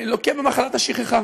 לוקה במחלת השכחה.